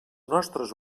nostres